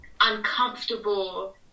uncomfortable